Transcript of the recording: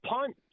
punt